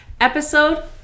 episode